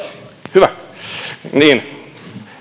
hyvä niin